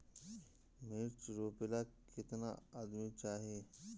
मिर्च रोपेला केतना आदमी चाही?